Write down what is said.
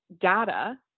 data